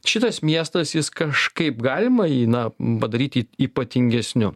šitas miestas jis kažkaip galima jį na padaryti ypatingesniu